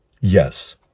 Yes